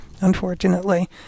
Unfortunately